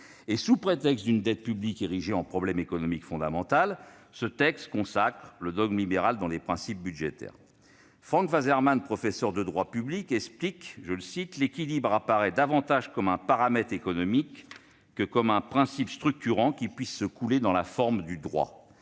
! Sous prétexte d'une dette publique érigée en problème économique fondamental, ce texte consacre le dogme libéral dans les principes budgétaires. Franck Waserman, professeur de droit public, l'explique :« L'équilibre apparaît davantage comme un paramètre économique que comme un principe structurant qui puisse se couler dans les formes du droit.